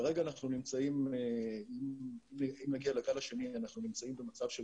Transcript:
כרגע אנחנו נמצאים אם נגיד לגל השני אנחנו נמצאים במצב של